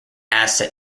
asset